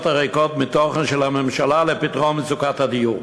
הריקות מתוכן של הממשלה לפתרון מצוקת הדיור.